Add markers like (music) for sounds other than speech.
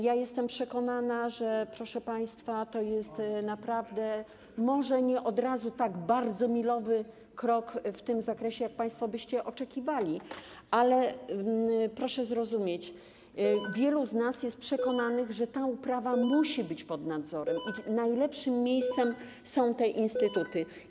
Jestem przekonana, że, proszę państwa, to jest naprawdę może nie od razu tak bardzo milowy krok w tym zakresie, jak państwo byście oczekiwali, ale proszę zrozumieć: (noise) wielu z nas jest przekonanych, że ta uprawa musi być pod nadzorem i najlepszym miejscem są te instytuty.